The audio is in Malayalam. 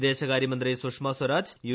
വിദേശകാര്യമന്ത്രി സുഷമാ സ്വരാജ് യു